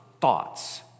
thoughts